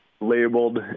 labeled